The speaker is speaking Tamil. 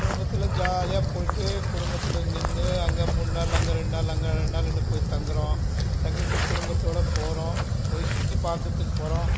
குடும்பத்தில் ஜாலியாக போய்விட்டு குடும்பத்தில் நின்று அங்கே மூணு நாள் அங்கே ரெண்டு நாள் அங்கே ரெண்டு நாள்ன்னு போய் தங்குகிறோம் தங்கிவிட்டு குடும்பத்தோடு போகிறோம் போய் சுற்றி பார்க்குறத்துக்கு போகிறோம்